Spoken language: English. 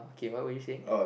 okay what were you saying